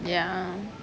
ya